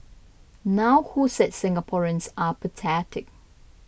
now who said Singaporeans are apathetic